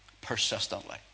Persistently